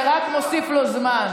זה רק מוסיף לו זמן.